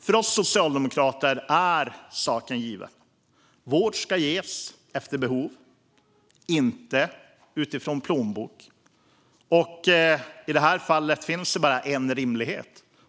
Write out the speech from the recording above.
För oss socialdemokrater är saken given. Vård ska ges efter behov, inte utifrån plånbok. I det här fallet finns bara en rimlighet.